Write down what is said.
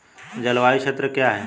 जलवायु क्षेत्र क्या है?